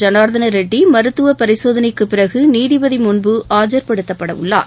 ஜனார்தன ரெட்டி மருத்துவப் பரிசோதனைக்குப் பிறகு நீதிபதி முன்பு ஆஜர்படுத்தப்பட உள்ளார்